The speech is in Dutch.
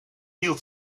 hield